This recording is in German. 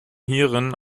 hierin